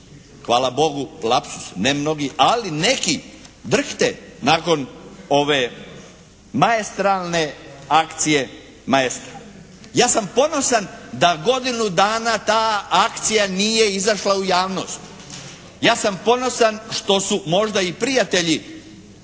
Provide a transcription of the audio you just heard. hvala Bogu, lapsuz, ne mnogi ali neki drhte nakon ove maestralne akcije "Maestral". Ja sam ponosan da godinu dana ta akcija nije izašla u javnost. Ja sam ponosan što su možda i prijatelji